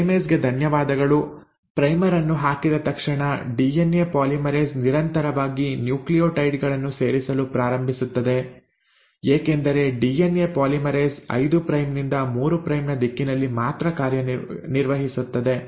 primase ಗೆ ಧನ್ಯವಾದಗಳು primer ಅನ್ನು ಹಾಕಿದ ತಕ್ಷಣ ಡಿಎನ್ಎ ಪಾಲಿಮರೇಸ್ ನಿರಂತರವಾಗಿ ನ್ಯೂಕ್ಲಿಯೋಟೈಡ್ ಗಳನ್ನು ಸೇರಿಸಲು ಪ್ರಾರಂಭಿಸುತ್ತದೆ ಏಕೆಂದರೆ ಡಿಎನ್ಎ ಪಾಲಿಮರೇಸ್ 5 ಪ್ರೈಮ್ ನಿಂದ 3 ಪ್ರೈಮ್ ನ ದಿಕ್ಕಿನಲ್ಲಿ ಮಾತ್ರ ಕಾರ್ಯನಿರ್ವಹಿಸುತ್ತದೆ